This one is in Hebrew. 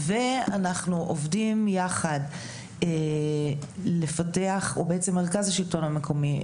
ואנחנו עובדים יחד לפתח או בעצם מרכז השלטון המקומי,